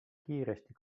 kiiresti